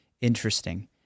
Interesting